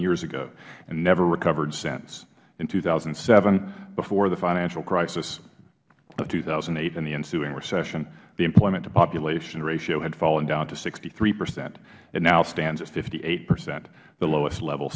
years ago and never recovered since in two thousand and seven before the financial crisis of two thousand and eight and the ensuing recession the employment to population ratio had fallen down to sixty three percent it now stands at fifty eight percent the lowest level